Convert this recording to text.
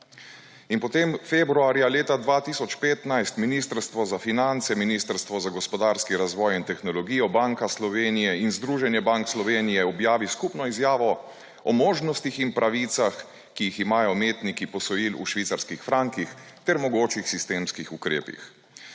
In potem februarja leta 2015 Ministrstvo za finance, Ministrstvo za gospodarski razvoj in tehnologijo, Banka Slovenije in Združenje bank Slovenije objavi skupno izjavo o možnostih in pravicah, ki jih imajo imetniki posojil v švicarskih frankih, ter mogočih sistemskih ukrepih.